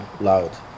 loud